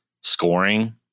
scoring